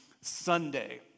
Sunday